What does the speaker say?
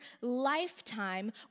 lifetime